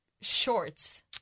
shorts